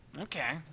Okay